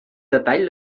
detall